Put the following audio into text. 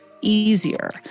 easier